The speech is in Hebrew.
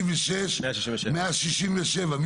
166 ו-167.